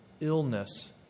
illness